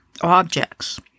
objects